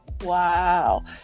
Wow